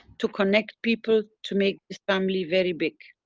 to connect people to make this family very big.